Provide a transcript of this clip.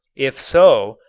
if so,